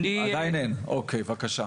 בבקשה.